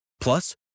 Plus